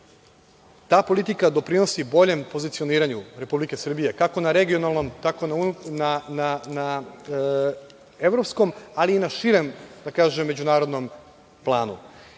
Ta politika doprinosi boljem pozicioniranju Republike Srbije, kako na regionalnom, tako i na Evropskom, ali i na širem međunarodnom planu